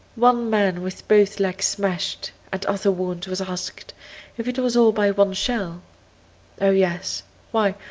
one man with both legs smashed and other wounds was asked if it was all by one shell oh yes why,